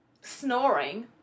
snoring